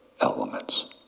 elements